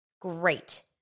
Great